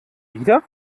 wieder